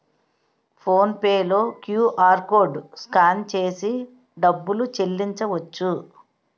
phone pay లో QR code scan చేసి డబ్బులు చెల్లించవచ్చు